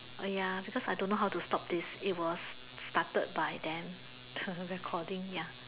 ah ya because I don't know how to stop this it was started by them recording ya